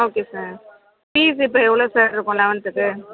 okay sir fees இப்போ எவ்ளோ sir இருக்கும் லெவன்த்துக்கு